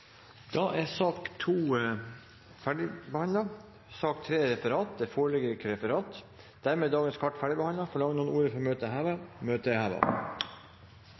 Da er sak nr. 2 ferdigbehandlet. Det foreligger ikke noe referat. Dermed er dagens kart ferdigbehandlet. Forlanger noen ordet før møtet heves? – Møtet er